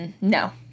no